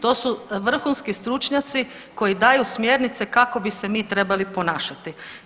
To su vrhunski stručnjaci koji daju smjernice kako bi se mi trebali ponašati.